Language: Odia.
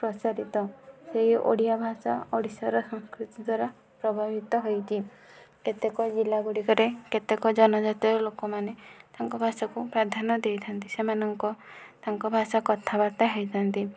ପ୍ରସାରିତ ସେଇ ଓଡ଼ିଆ ଭାଷା ଓଡ଼ିଶାର ସଂସ୍କୃତି ଦ୍ୱାରା ପ୍ରଭାବିତ ହୋଇଛି କେତେକ ଜିଲ୍ଲାଗୁଡ଼ିକରେ କେତେକ ଜନଜାତିର ଲୋକମାନେ ତାଙ୍କ ଭାଷାକୁ ପ୍ରାଧାନ୍ୟ ଦେଇଥାନ୍ତି ସେମାନଙ୍କ ତାଙ୍କ ଭାଷା କଥାବାର୍ତ୍ତା ହୋଇଥାନ୍ତି